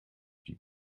die